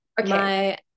Okay